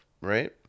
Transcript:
right